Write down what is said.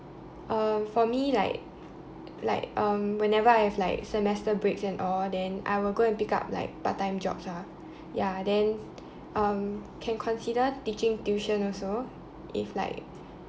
uh for me like like um whenever I have like semester breaks and all then I will go and pick up like part time jobs ah ya then um can consider teaching tuition also if like